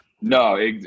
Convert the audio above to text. No